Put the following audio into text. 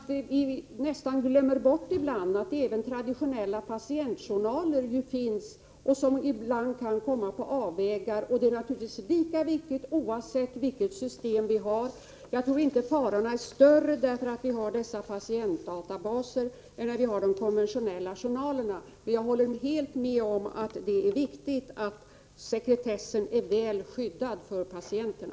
Vi glömmer egentligen bort ibland att det även finns traditionella patientjournaler som kan komma på avvägar. Denna fråga är naturligtvis lika viktig oavsett vilket system vi har, och jag tror inte att farorna är större om vi har patientdatabaser än om vi har konventionella journaler. Jag håller helt med om att det är viktigt att sekretessen är säkerställd då det gäller patienterna.